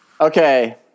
Okay